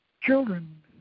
children